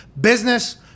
business